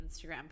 Instagram